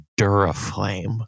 Duraflame